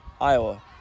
Iowa